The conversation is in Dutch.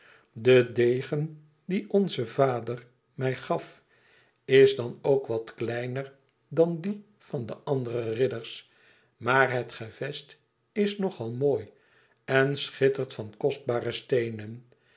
den degen dien onze vader mij gaf is dan ook wat kleiner dan die van de andere ridders maar het gevest is nog al mooi en schittert van kostbare steenen